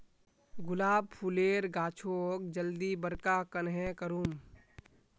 गुलाब फूलेर गाछोक जल्दी बड़का कन्हे करूम?